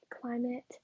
climate